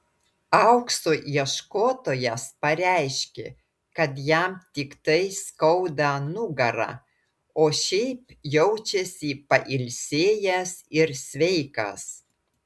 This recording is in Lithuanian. aukso ieškotojas pareiškė kad jam tiktai skauda nugarą o šiaip jaučiąsis pailsėjęs ir sveikas